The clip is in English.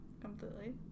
completely